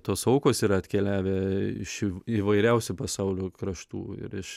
tos aukos yra atkeliavę iš įv įvairiausių pasaulio kraštų ir iš